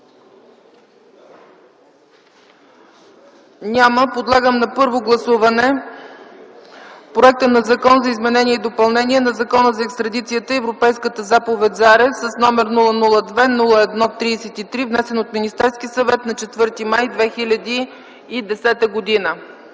Няма. Подлагам на първо гласуване Законопроекта за изменение и допълнение на Закона за екстрадицията и Европейската заповед за арест, № 002-01-33, внесен от Министерския съвет на 4 май 2010 г.